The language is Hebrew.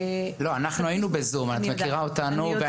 לא אנחנו היינו בזום את מכירה אותנו,